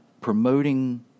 promoting